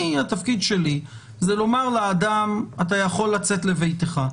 התפקיד שלך הוא לומר לאדם: אתה יכול לצאת לביתך.